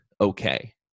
okay